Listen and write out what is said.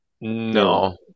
No